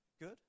good